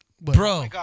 Bro